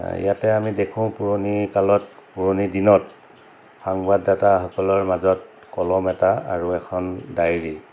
ইয়াতে আমি দেখোঁ পুৰণি কালত পুৰণি দিনত সংবাদদাতাসকলৰ মাজত কলম এটা আৰু এখন ডায়েৰী